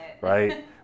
right